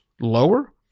lower